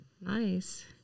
Nice